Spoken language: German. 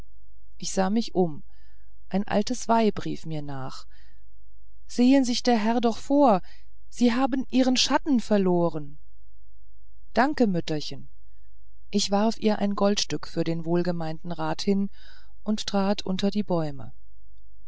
ich sah mich um ein altes weib rief mir nach sehe sich der herr doch vor sie haben ihren schatten verloren danke mütterchen ich warf ihr ein goldstück für den wohlgemeinten rat hin und trat unter die bäume